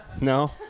No